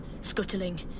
Scuttling